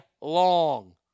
long